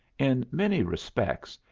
in many respects,